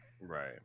Right